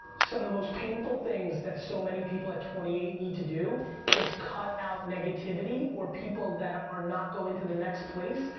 some of the most painful things that so many people at twenty eight need to do is cut out negativity or people that are not going to the next place.